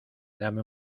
dame